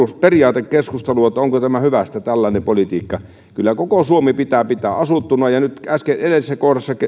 periaatekeskustelu tästä onko hyvästä tällainen politiikka kyllä koko suomi pitää pitää asuttuna äsken edellisessä